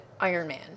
Ironman